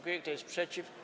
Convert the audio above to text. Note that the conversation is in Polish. Kto jest przeciw?